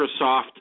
Microsoft